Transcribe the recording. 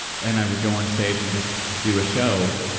and i would go on stage and just do a show.